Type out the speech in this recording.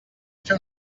fer